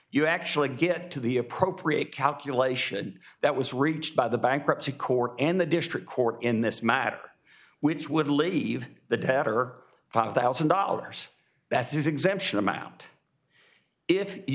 you actually get to the appropriate calculation that was reached by the bankruptcy court and the district court in this matter which would leave the debtor five thousand dollars that's exemption amount if you